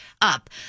up